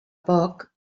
poc